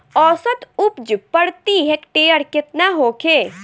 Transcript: औसत उपज प्रति हेक्टेयर केतना होखे?